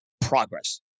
progress